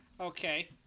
Okay